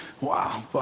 Wow